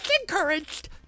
encouraged